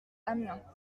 amiens